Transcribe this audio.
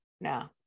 no